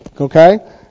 Okay